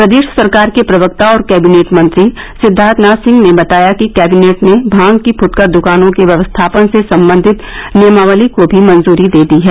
प्रदेश सरकार के प्रवक्ता और कैबिनेट मंत्री सिद्धार्थनाथ सिंह ने बताया कि कैबिनेट ने भांग की फूटकर दुकानों के व्यवस्थापन से संबंधित नियमावली को भी मंजूरी दे दी है